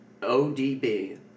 ODB